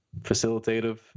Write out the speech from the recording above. facilitative